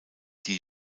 die